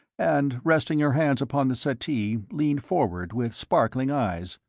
and resting her hands upon the settee leaned forward with sparkling eyes,